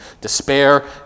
despair